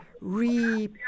re